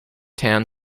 tan